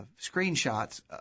screenshots